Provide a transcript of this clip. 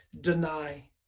deny